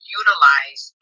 utilize